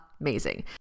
amazing